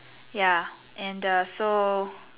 ya and err so